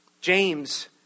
James